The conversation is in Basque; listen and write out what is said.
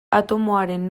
atomoaren